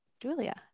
Julia